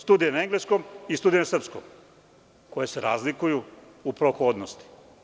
Studije na engleskom i studije na srpskom, koje su razlikuju u prohodnosti.